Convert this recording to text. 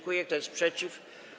Kto jest przeciw?